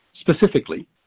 Specifically